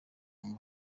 ngo